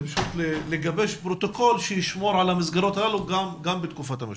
להמשיך לגבש פרוטוקול שישמור על המסגרות האלו גם בתקופת המשבר.